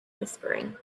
whispering